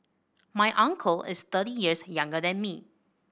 my uncle is thirty years younger than me